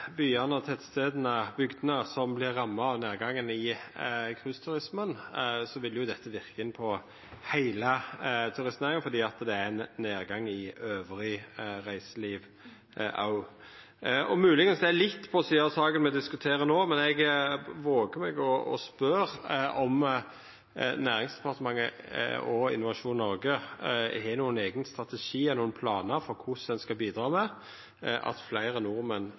byane, tettstadene og bygdene som vert ramma av nedgangen i cruiseturismen, vil dette verka inn på heile turistnæringa, for det er nedgang i reiselivet elles òg. Det er kanskje litt på sida av saka me diskuterer no, men eg våger å spørja om Nærings- og fiskeridepartementet og Innovasjon Noreg har ein eigen strategi eller nokre planar for korleis ein skal bidra til at fleire nordmenn